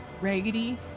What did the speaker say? raggedy